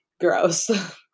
gross